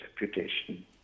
reputation